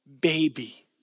baby